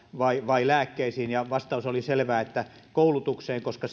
vai vai lääkkeisiin vastaus oli selvä että koulutukseen koska